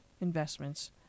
investments